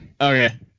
Okay